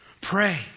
Pray